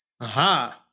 Aha